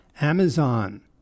Amazon